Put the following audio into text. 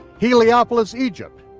heliopolis, egypt.